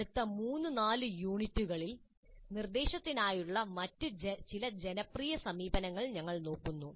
അടുത്ത 3 4 യൂണിറ്റുകളിൽ നിർദ്ദേശത്തിനായുള്ള മറ്റ് ചില ജനപ്രിയ സമീപനങ്ങൾ ഞങ്ങൾ നോക്കുന്നു